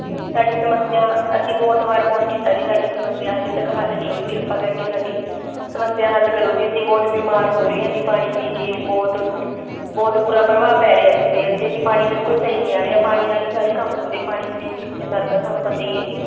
ਸਾਡੀ ਸਮੱਸਿਆ ਅਸੀਂ ਬਹੁਤ ਵਾਰ ਫ਼ੋਨ ਕੀਤਾ ਜੀ ਸਾਡੀ ਸਮੱਸਿਆ ਹਜੇ ਤੱਕ ਹੱਲ ਨਹੀਂ ਹੋਈ ਕਿਰਪਾ ਕਰਕੇ ਸਾਡੀ ਸਮੱਸਿਆ ਹੱਲ ਕਰੋ ਜੀ ਅਸੀਂ ਬਹੁਤ ਬਿਮਾਰ ਹੋ ਰਹੇ ਹਾਂ ਜੀ ਪਾਣੀ ਪੀ ਕੇ ਬਹੁਤ ਬਹੁਤ ਬੁਰਾ ਪ੍ਰਭਾਵ ਪੈ ਰਿਹਾ ਜੀ ਸਿਹਤ 'ਤੇ ਜੀ ਪਾਣੀ ਬਿਲਕੁਲ ਸਹੀ ਨਹੀਂ ਆ ਰਿਹਾ ਪਾਣੀ ਨਾਲ਼ ਹੀ ਸਾਰੇ ਕੰਮ ਹੁੰਦੇ ਪਾਣੀ ਬਿਨਾਂ ਹੁਣ ਕਿੱਥੇ ਸਰਦਾ ਤੁਹਾਨੂੰ ਪਤਾ ਹੀ ਹੈ ਜੀ